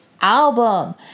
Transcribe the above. album